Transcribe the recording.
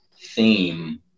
theme